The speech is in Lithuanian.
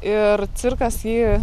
ir cirkas jį